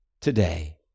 today